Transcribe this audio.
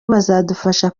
bazadufasha